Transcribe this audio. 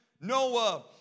noah